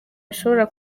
bishobora